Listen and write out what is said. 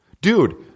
dude